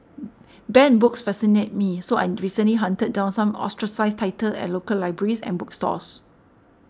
banned books fascinate me so I recently hunted down some ostracised titles at local libraries and bookstores